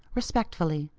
respectfully,